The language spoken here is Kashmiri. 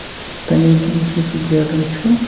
تِمِکۍ یُس یہِ گیٹن چھُ